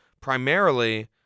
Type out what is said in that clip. primarily